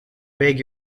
beg